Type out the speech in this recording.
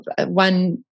one